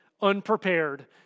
unprepared